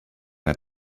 had